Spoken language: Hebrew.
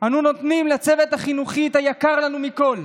אנו נותנים לצוות החינוכי את היקר לנו מכול,